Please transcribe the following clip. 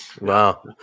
Wow